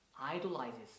idolizes